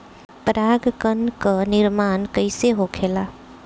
पराग कण क निर्माण कइसे होखेला?